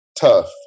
tough